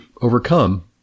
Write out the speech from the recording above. overcome